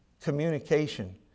communication